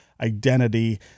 identity